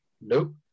Nope